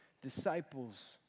disciples